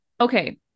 Okay